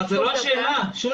אבל זו לא השאלה, שולי.